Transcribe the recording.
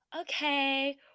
Okay